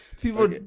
people